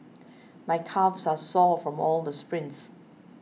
my calves are sore from all the sprints